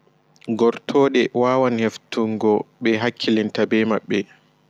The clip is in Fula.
Gortooɗe waawan heftugo ɓe hakkilinta bee maɓɓe.